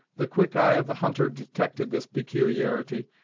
the quick eye of the hunter detected this peculiarity,